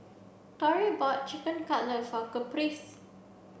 Torry bought Chicken Cutlet for Caprice